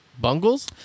Bungles